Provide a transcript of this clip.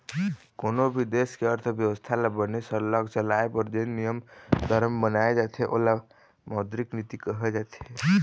कोनों भी देश के अर्थबेवस्था ल बने सरलग चलाए बर जेन नियम धरम बनाए जाथे ओला मौद्रिक नीति कहे जाथे